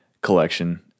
collection